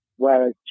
whereas